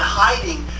hiding